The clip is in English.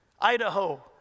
Idaho